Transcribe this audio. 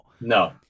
No